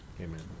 Amen